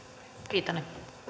arvoisa